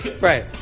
Right